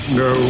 no